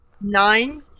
nine